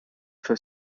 for